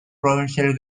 provincial